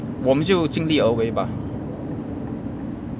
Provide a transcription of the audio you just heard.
我们就尽力而为吧